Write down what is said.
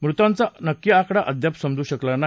मृतांचा नक्की आकडा अद्याप समजू शकला नाही